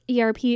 ERP